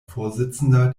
vorsitzender